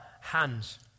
hands